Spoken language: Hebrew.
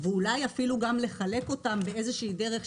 ואולי אפילו גם לחלק אותם באיזושהי דרך,